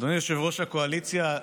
אדוני יושב-ראש הקואליציה,